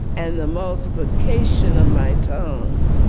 and the multiplication of my tongue.